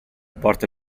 porta